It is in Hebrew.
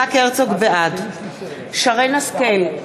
בעד שרן השכל,